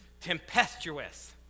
Tempestuous